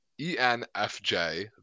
ENFJ